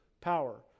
power